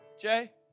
Jay